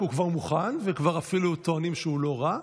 הוא כבר מוכן, וכבר אפילו טוענים שהוא לא רע.